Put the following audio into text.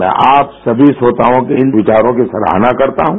मैं आप सभी श्रोताओं के विचारों की सराहना करता हूँ